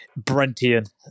Brentian